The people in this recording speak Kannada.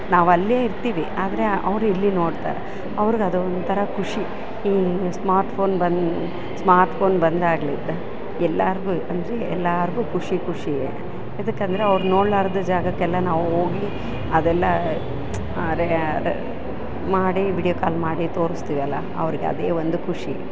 ನಾವೆಲ್ಲೇ ಇರ್ತೀವಿ ಆದರೆ ಅವ್ರು ಇಲ್ಲಿ ನೋಡ್ತಾರೆ ಅವ್ರ್ಗ ಅದೊಂಥರ ಖುಷಿ ಈ ಸ್ಮಾರ್ಟ್ಫೋನ್ ಬಂದು ಸ್ಮಾರ್ಟ್ಫೋನ್ ಬಂದಾಗ್ಲಿಂದ ಎಲ್ಲಾರ್ಗೂ ಅಂದರೆ ಎಲ್ಲಾರ್ಗೂ ಖುಷಿ ಖುಷಿಯೇ ಎದಕ್ಕಂದರೆ ಅವ್ರು ನೋಡ್ಲಾರದ ಜಾಗಕ್ಕೆಲ್ಲ ನಾವು ಹೋಗಿ ಅದೆಲ್ಲ ಅರೆ ಮಾಡಿ ವೀಡಿಯೋ ಕಾಲ್ ಮಾಡಿ ತೋರ್ಸ್ತಿವಲ್ಲ ಅವ್ರ್ಗ ಅದೇ ಒಂದು ಖುಷಿ